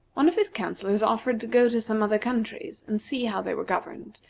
one of his councillors offered to go to some other countries, and see how they were governed,